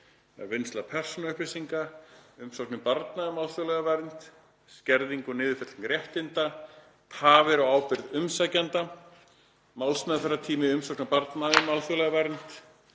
vinnsla persónuupplýsinga, umsóknir barna um alþjóðlega vernd, skerðing og niðurfelling réttinda, tafir á ábyrgð umsækjanda, málsmeðferðartími umsókna barna um alþjóðlega vernd,